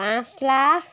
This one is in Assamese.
পাঁচ লাখ